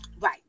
Right